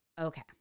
Okay